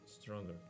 stronger